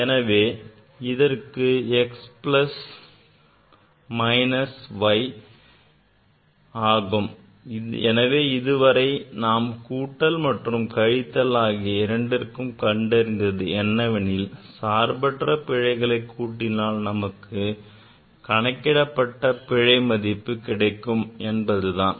எனவே இதற்கு x plus minus y எனவே இதுவரை நாம் கூட்டல் மற்றும் கழித்தல் ஆகிய இரண்டிற்கும் கண்டறிந்தது என்னவெனில் சார்பற்ற பிழைகளை கூட்டினால் நமக்கு கணக்கிடப்பட்ட பிழை மதிப்பு கிடைக்கும் என்பதுதான்